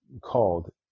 called